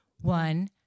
One